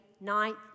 ninth